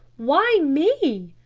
why me?